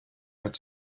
had